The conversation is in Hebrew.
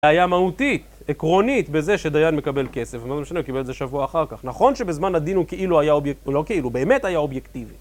היה מהותי, עקרונית, בזה שדיין מקבל כסף, ומה זה משנה, הוא קיבל את זה שבוע אחר כך. נכון שבזמן הדין הוא כאילו היה אובי... הוא לא כאילו, הוא באמת היה אובייקטיבי.